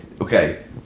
Okay